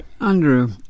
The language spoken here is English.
Andrew